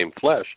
flesh